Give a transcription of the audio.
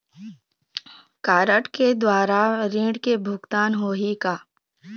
Card के द्वारा ऋण के भुगतान होही का?